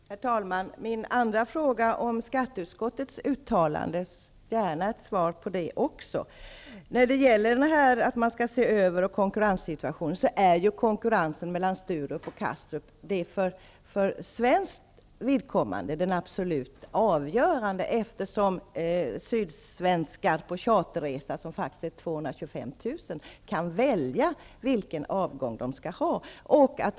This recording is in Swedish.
Herr talman! Min andra fråga, om skatteutskottets uttalande gäller, vill jag gärna ha ett svar på. Konkurrensen mellan Sturup och Kastrup är för svenskt vidkommande den absolut avgörande frågan, eftersom sydsvenskar för sina charterresor, faktiskt 225 000 resenärer, kan välja vilken avgång de skall ha.